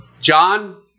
John